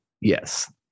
Yes